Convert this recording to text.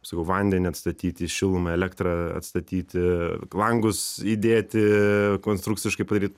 sakau vandenį atstatyti šilumą elektrą atstatyti langus įdėti konstrukciškai padaryt